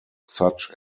such